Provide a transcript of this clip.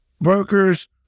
brokers